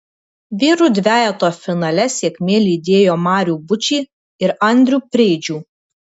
vyrų dvejeto finale sėkmė lydėjo marių bučį ir andrių preidžių